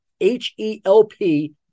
H-E-L-P